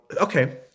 okay